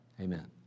Amen